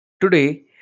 today